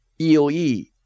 EOE